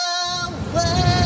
away